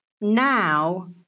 now